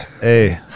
Hey